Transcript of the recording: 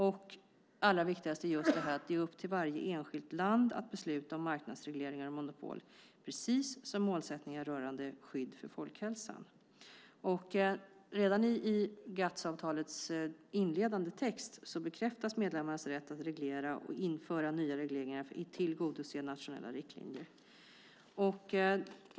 Det allra viktigaste är just det här att det är upp till varje enskilt land att besluta om marknadsregleringar och monopol precis som målsättningar rörande skydd för folkhälsan. Redan i GATS-avtalets inledande text bekräftas medlemmarnas rätt att reglera och införa nya regleringar för att tillgodose nationella riktlinjer.